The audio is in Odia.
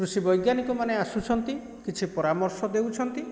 କୃଷି ବୈଜ୍ଞାନିକ ମାନେ ଆସୁଛନ୍ତି କିଛି ପରାମର୍ଶ ଦେଉଛନ୍ତି